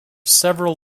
several